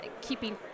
keeping